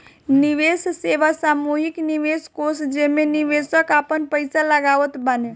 निवेश सेवा सामूहिक निवेश कोष जेमे निवेशक आपन पईसा लगावत बाने